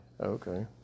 Okay